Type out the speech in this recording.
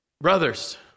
brothers